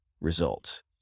results